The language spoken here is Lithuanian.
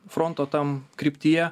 fronto tam kryptyje